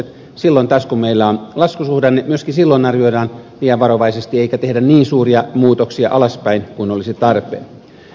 myöskin silloin kun meillä on laskusuhdanne arvioidaan liian varovaisesti eikä tehdä niin suuria muutoksia alaspäin kuin olisi tarpeen